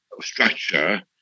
structure